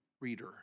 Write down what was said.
reader